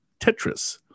Tetris